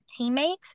teammate